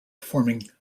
forming